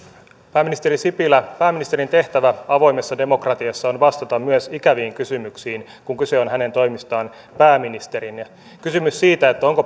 pääministeri sipilä pääministerin tehtävä avoimessa demokratiassa on vastata myös ikäviin kysymyksiin kun kyse on hänen toimistaan pääministerinä kysymys siitä onko